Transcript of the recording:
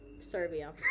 serbia